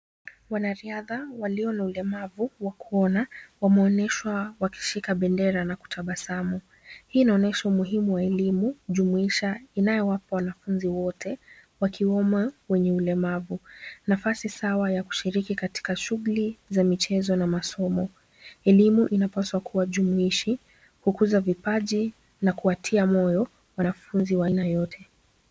Wanariadha walio na ulemavu wa kuona wameonyeshwa wakishika bendera na kutabasamu. Hii inaonyesha umuhimu wa elimu, jumuisha, inayowapa wanafunzi wote wakiwemo wenye ulemavu nafasi sawa ya kushiriki katika shughuli za michezo na masomo. Elimu inapaswa kuwa jumuishi, kukuza vipaji, na kuwatia moyo wanafunzi wa aina yote.